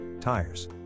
tires